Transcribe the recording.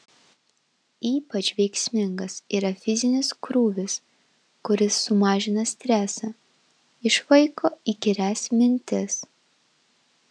ypač veiksmingas yra fizinis krūvis kuris sumažina stresą išvaiko įkyrias mintis